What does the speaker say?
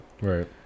Right